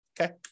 Okay